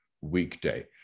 weekday